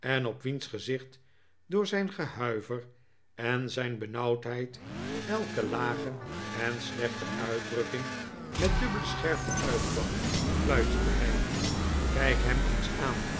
en op wiens gezicht door zijn gehuiver en zijn benauwdheid elke lage en slechte uitdrukking met dubbele scherpte uitkwam fluisterde hij kijk hem eens aan